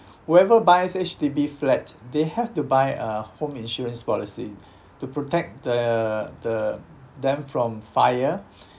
whoever buys H_D_B flat they have to buy uh home insurance policy to protect the the them from fire